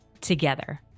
together